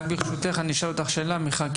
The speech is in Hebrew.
ברשותך, אני אשאל אותך שאלה מיכל.